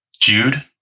Jude